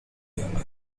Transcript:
agrabla